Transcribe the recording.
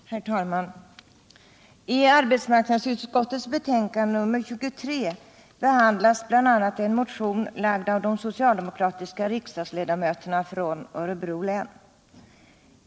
Herr talman! I arbetsmarknadsutskottets betänkande 23 behandlas bl.a. en motion som väckts av de socialdemokratiska riksdagsledamöterna från Örebro län.